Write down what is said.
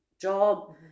job